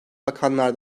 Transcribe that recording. bakanlar